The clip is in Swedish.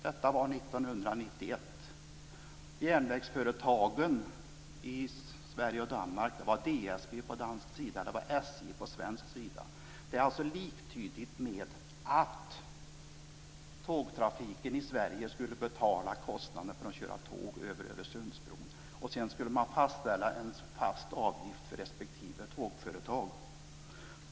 Detta var SJ på svensk sida. Det är alltså liktydigt med att tågtrafiken i Sverige skulle betala kostnaden för att köra tåg över Öresundsbron. Sedan skulle man fastställa en fast avgift för respektive tågföretag.